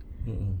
uh uh